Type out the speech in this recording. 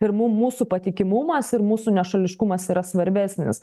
ir mum mūsų patikimumas ir mūsų nešališkumas yra svarbesnis